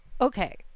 Okay